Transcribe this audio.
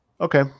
Okay